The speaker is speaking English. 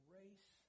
race